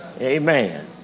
Amen